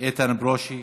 איתן ברושי,